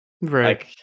Right